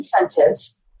incentives